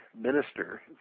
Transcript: minister